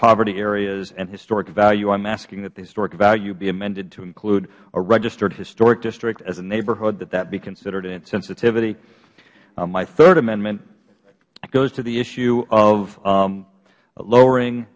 poverty areas and historic value i am asking that the history value be amended to include a registered historic district as a neighborhood that that be considered in its sensitivity my third amendment goes to the issue of lowering